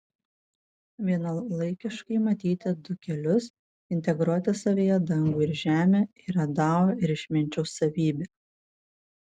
vienalaikiškai matyti du kelius integruoti savyje dangų ir žemę yra dao ir išminčiaus savybė